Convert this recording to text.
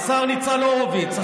השר ניצן הורוביץ,